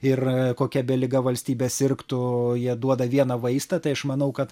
ir kokia be liga valstybė sirgtų jie duoda vieną vaistą tai aš manau kad